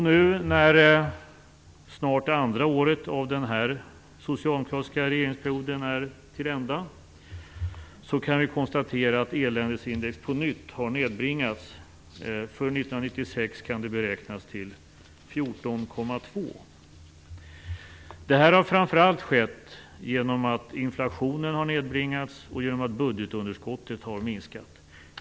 Nu när snart det andra året av den här socialdemokratiska regeringsperioden är till ända kan vi konstatera att eländesindex på nytt har nedbringats. För 1996 kan det beräknas till 14,2. Det här har framför allt skett genom att inflationen har nedbringats och genom att budgetunderskottet har minskat.